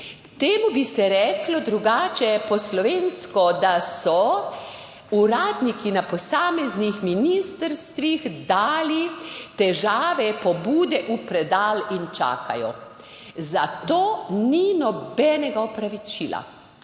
Temu bi se reklo drugače po slovensko, da so uradniki na posameznih ministrstvih dali težave, pobude v predal in čakajo. Za to ni nobenega opravičila.